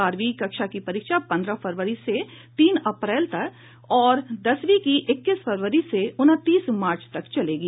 बारहवीं कक्षा की परीक्षा पन्द्रह फरवरी से तीन अप्रैल तक और दसवीं की इक्कीस फरवरी से उनतीस मार्च तक चलेगी